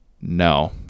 no